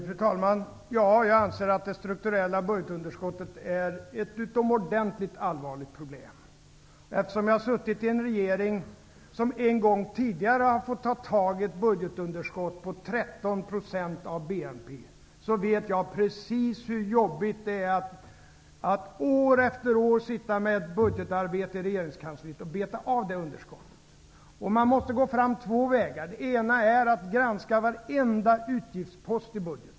Fru talman! Ja, jag anser att det strukturella budgetunderskottet är ett utomordentligt allvarligt problem. Eftersom jag har suttit i en regering som en gång tidigare har fått ta tag i ett budgetunderskott på 13 % av BNP, vet jag precis hur jobbigt det är att år efter år sitta med ett budgetarbete i regeringskansliet och beta av det underskottet. Man måste gå fram två vägar. Den ena är att granska varenda utgiftspost i budgeten.